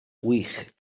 wych